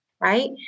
right